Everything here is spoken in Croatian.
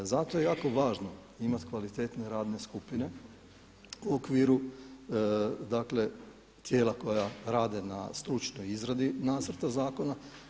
Zato je jako važno imati kvalitetne radne skupine u okviru tijela koja rade na stručnoj izradi nacrta zakona.